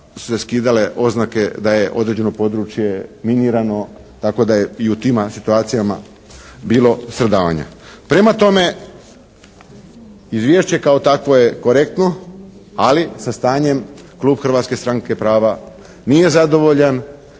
su se skidale oznake da je određeno područje minirano tako da je i u tima situacijama bilo stradavanja. Prema tome, izvješće kao takvo je korektno, ali sa stanjem klub Hrvatske stranke prava nije zadovoljan